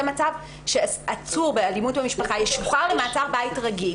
מצב שעצור באלימות במשפחה ישוחרר למעצר בית רגיל